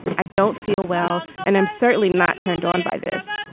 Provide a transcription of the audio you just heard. i don't feel well and i'm certainly not turned on by this.